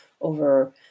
over